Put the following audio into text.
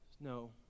No